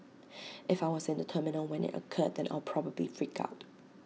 if I was in the terminal when IT occurred then I'll probably freak out